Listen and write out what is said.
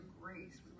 grace